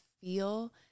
feel